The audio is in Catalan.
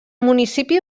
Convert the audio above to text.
municipi